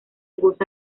goza